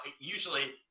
usually